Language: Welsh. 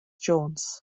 jones